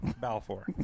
Balfour